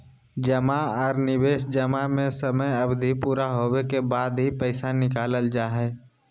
जमा आर निवेश जमा में समय अवधि पूरा होबे के बाद ही पैसा निकालल जा हय